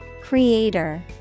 Creator